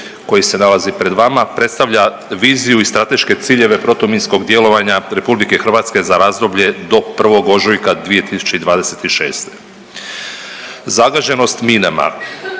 koji se nalazi pred vama predstavlja viziju i strateške ciljeve protuminskog djelovanja Republike Hrvatske za razdoblje do 1. ožujka 2026. Zagađenost minama